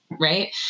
Right